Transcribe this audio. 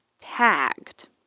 Tagged